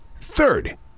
Third